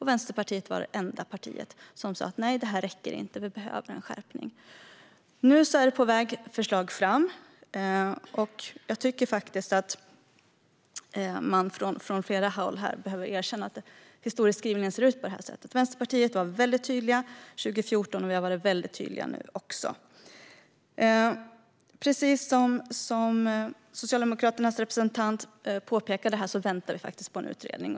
Vänsterpartiet var då det enda parti som sa att det inte räckte och att ytterligare skärpning behövdes. Jag tycker att man från flera håll bör erkänna att historieskrivningen ser ut så. Vänsterpartiet var tydligt 2014, och vi är tydliga nu också. Precis som Socialdemokraternas representant påpekade väntar vi på en utredning.